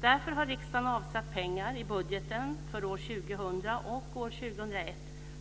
Därför har riksdagen avsatt pengar i budgeten för år 2000 och år 2001